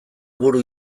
buru